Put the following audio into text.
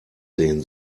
sehen